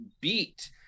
beat